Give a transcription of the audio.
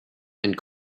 and